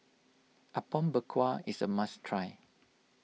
Apom Berkuah is a must try